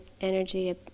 energy